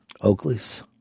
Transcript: Oakley's